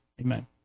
amen